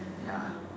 ya